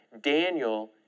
Daniel